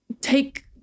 take